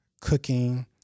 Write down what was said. cooking